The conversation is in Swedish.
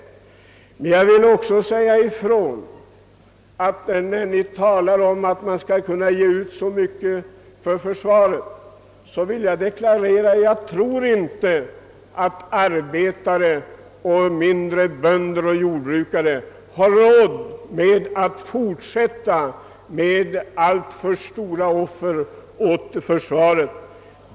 Då de borgerliga säger att man skall anslå så mycket pengar till försvaret, vill jag framhålla att arbetare, småbönder och jordbrukare säkerligen inte har råd att fortsätta att göra dessa alltför stora offer för försvaret.